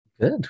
good